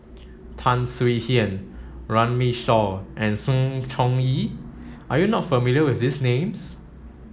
Tan Swie Hian Runme Shaw and Sng Choon Yee are you not familiar with these names